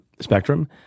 spectrum